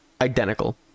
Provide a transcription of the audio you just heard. identical